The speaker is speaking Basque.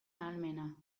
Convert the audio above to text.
ahalmena